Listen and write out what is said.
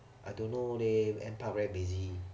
I don't know they NParks very busy